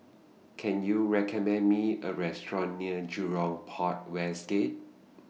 Can YOU recommend Me A Restaurant near Jurong Port West Gate